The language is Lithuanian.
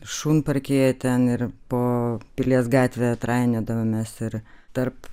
šunparkyje ten ir po pilies gatvę trainiodavomės ir tarp